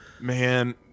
man